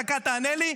דקה תענה לי: